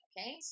okay